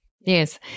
yes